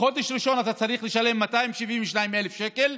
בחודש הראשון אתה צריך לשלם 272,000 שקל,